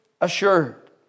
assured